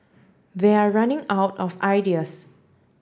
they're running out of ideas